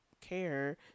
care